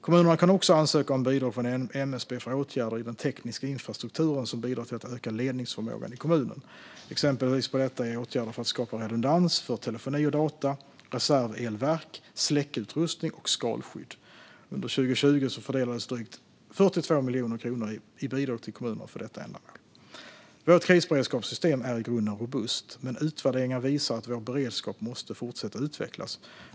Kommunerna kan också ansöka om bidrag från MSB för åtgärder i den tekniska infrastrukturen som bidrar till att öka ledningsförmågan i kommunen. Exempel på detta är åtgärder för att skapa redundans för telefoni och data, reservelverk, släckutrustning och skalskydd. Under 2020 fördelades drygt 42 miljoner kronor i bidrag till kommunerna för detta ändamål. Vårt krisberedskapssystem är i grunden robust. Men utvärderingar visar att vår beredskap måste fortsätta utvecklas.